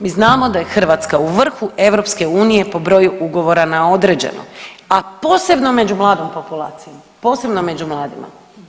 Mi znamo da je Hrvatska u vrhu EU po broju ugovora na određeno, a posebno među mladom populacijom, posebno među mladima.